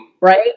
Right